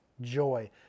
joy